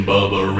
Bubba